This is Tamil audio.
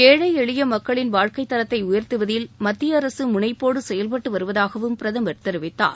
ஏழை எளிய மக்களின் வாழ்க்கைத் தரத்தை உயர்த்துவதில் மத்திய அரசு முனைப்போடு செயல்பட்டு வருவதாகவும் பிரதமர் தெரிவித்தார்